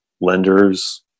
lenders